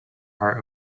heart